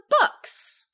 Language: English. books